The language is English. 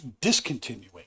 discontinuing